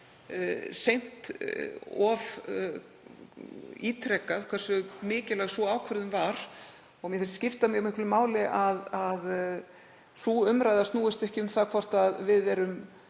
nógu oft ítrekað hversu mikilvæg sú ákvörðun var. Mér finnst skipta mjög miklu máli að sú umræða snúist ekki um það hvort við séum